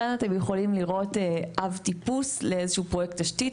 כאן אתם יכולים לראות אב טיפוס לאיזה שהוא פרויקט תשתית.